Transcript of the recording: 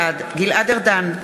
בעד גלעד ארדן,